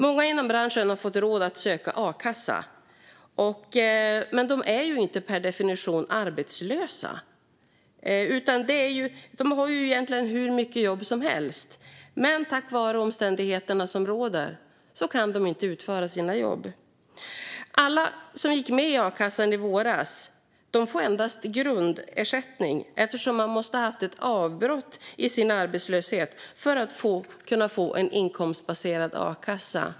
Många inom branschen har fått rådet att söka a-kassa. Men de är inte per definition arbetslösa. De har ju egentligen hur mycket jobb som helst, men på grund av rådande omständigheter kan de inte utföra sina jobb. Alla som gick med i a-kassan i våras får endast grundersättning, eftersom man måste ha haft ett avbrott i sin arbetslöshet för att kunna få en inkomstbaserad a-kassa.